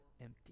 empty